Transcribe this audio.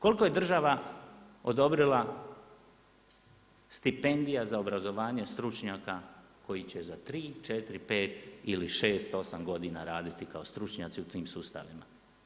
Koliko je država odobrila stipendija za obrazovanje stručnjaka koji će za 3, 4, 5 ili 6, 8 godina raditi kao stručnjaci u tim sustavima?